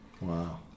Wow